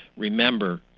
remember,